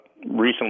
recently